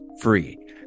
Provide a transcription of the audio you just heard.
free